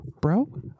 bro